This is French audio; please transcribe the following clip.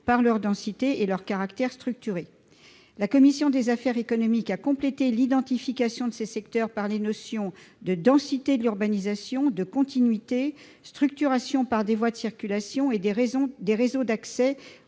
par leur densité et leur caractère structuré. La commission des affaires économiques a complété l'identification de ces secteurs par les notions de densité de l'urbanisation, de continuité, de structuration par des voies de circulation et des réseaux d'accès